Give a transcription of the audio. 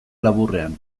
laburrean